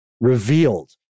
revealed